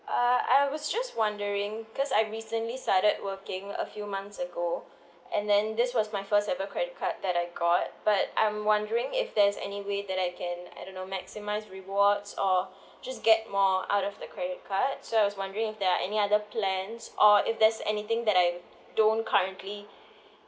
uh I was just wondering cause I recently started working a few months ago and then this was my first ever credit card that I got but I'm wondering if there's any way that I can I don't know maximize rewards or just get more out of the credit card so I was wondering if there are any other plans or if there's anything that I don't currently